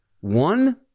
One